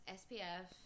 spf